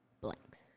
blanks